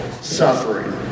suffering